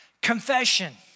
Confession